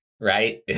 Right